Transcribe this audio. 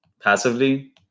passively